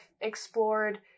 explored